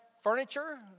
furniture